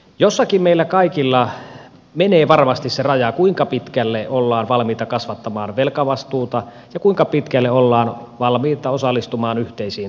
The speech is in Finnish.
jossakin meillä kaikilla menee varmasti se raja kuinka pitkälle ollaan valmiita kasvattamaan velkavastuuta ja kuinka pitkälle ollaan valmiita osallistumaan yhteisiin talkoisiin